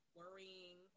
worrying